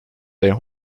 their